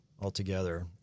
altogether